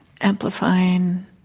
amplifying